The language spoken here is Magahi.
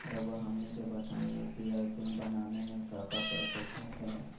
रहुआ हमनी के बताएं यू.पी.आई पिन बनाने में काका प्रोसेस हो खेला?